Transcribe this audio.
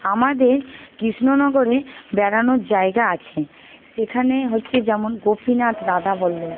আমাদের কৃষ্ণনগরে বেড়ানোর জায়গা আছে সেখানে হচ্ছে যেমন গোপীনাথ রাধাবল্লব